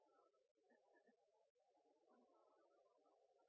eit